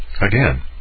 Again